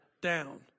down